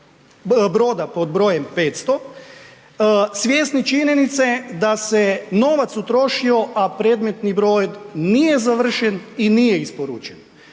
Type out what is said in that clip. broda pod br. 500 svjesni činjenice da se novac utrošio, a predmetni brod nije završen i nije isporučen.